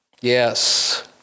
Yes